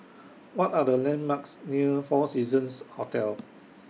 What Are The landmarks near four Seasons Hotel